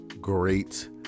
great